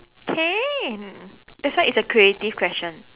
can that's why it's a creative question